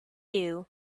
queue